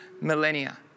millennia